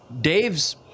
Dave's